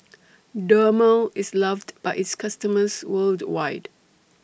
Dermale IS loved By its customers worldwide